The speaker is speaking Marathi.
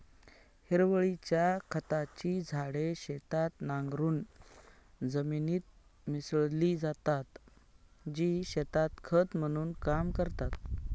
हिरवळीच्या खताची झाडे शेतात नांगरून जमिनीत मिसळली जातात, जी शेतात खत म्हणून काम करतात